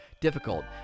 difficult